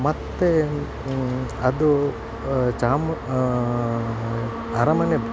ಮತ್ತೇ ಅದು ಚಾಮು ಅರಮನೆ